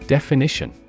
Definition